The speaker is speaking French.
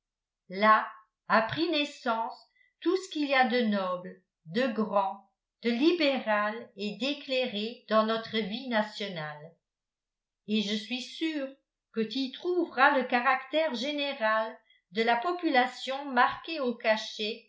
là a pris naissance tout ce qu'il y a de noble de grand de libéral et d'éclairé dans notre vie nationale et je suis sûr que tu y trouveras le caractère général de la population marqué au cachet